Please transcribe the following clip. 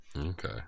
okay